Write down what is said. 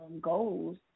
goals